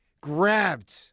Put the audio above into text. grabbed